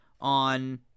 On